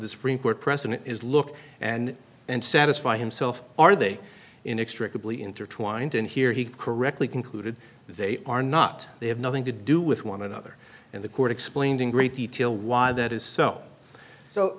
the supreme court precedent is look and and satisfy himself are they in extra completely intertwined and here he correctly concluded they are not they have nothing to do with one another and the court explained in great detail why that is so so